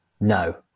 no